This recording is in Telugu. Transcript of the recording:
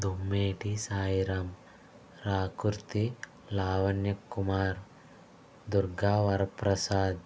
దొమ్మేటి సాయిరాం రాకుర్తి లావణ్య కుమార్ దుర్గా వరప్రసాద్